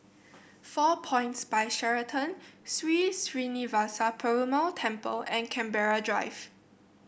Four Points By Sheraton Sri Srinivasa Perumal Temple and Canberra Drive